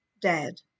dead